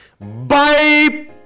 bye